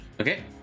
Okay